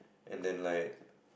and then like